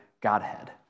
Godhead